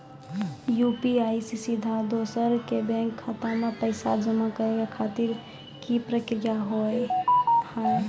UPI से सीधा दोसर के बैंक खाता मे पैसा जमा करे खातिर की प्रक्रिया हाव हाय?